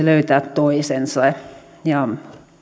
löytää toisensa